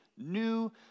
New